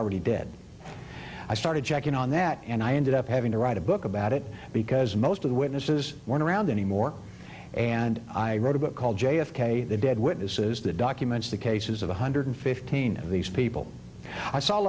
already dead i started checking on that and i ended up having to write a book about it because most of the witnesses were around anymore and i wrote a book called j f k the dead witnesses the documents the cases of one hundred fifteen of these people i saw a